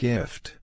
Gift